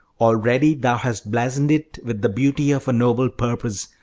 already thou hast blazoned it with the beauty of a noble purpose,